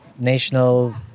national